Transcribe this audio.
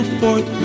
forth